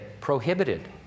prohibited